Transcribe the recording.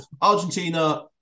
Argentina